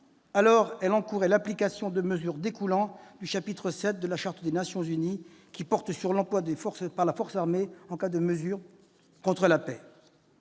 elle encourrait l'application de mesures découlant du chapitre VII de la Charte des Nations unies, lequel porte sur l'emploi de la force armée en cas de menace contre la paix.